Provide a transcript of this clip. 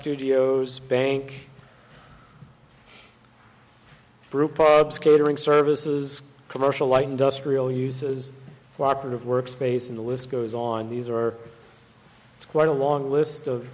studios bank brewpubs catering services commercial light industrial uses cooperative work space in the list goes on these are quite a long list of